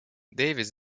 davies